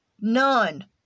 None